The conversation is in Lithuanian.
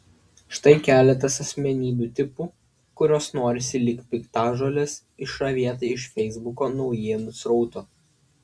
štai keletas asmenybės tipų kuriuos norisi lyg piktžoles išravėti iš feisbuko naujienų srauto